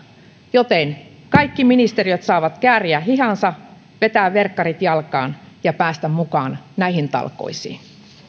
joten kaikki ministeriöt saavat kääriä hihansa vetää verkkarit jalkaan ja päästä mukaan näihin talkoisiin